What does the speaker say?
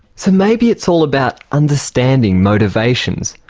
so maybe it's all about understanding motivations,